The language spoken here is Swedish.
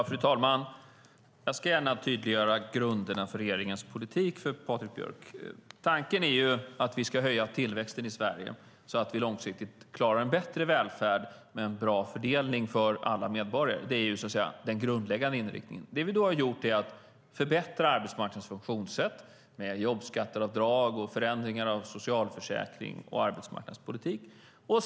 Fru talman! Jag ska gärna tydliggöra grunderna för regeringens politik för Patrik Björck. Tanken är att vi ska höja tillväxten i Sverige så att vi långsiktigt klarar en bättre välfärd med en bra fördelning för alla medborgare. Det är så att säga den grundläggande inriktningen. Det vi har gjort är att förbättra arbetsmarknadens funktionssätt med jobbskatteavdrag och förändringar av socialförsäkring och arbetsmarknadspolitik.